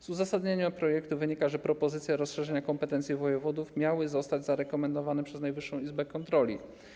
Z uzasadnienia projektu wynika, że propozycje rozszerzenia kompetencji wojewodów miały zostać zarekomendowane przez Najwyższą Izbę Kontroli.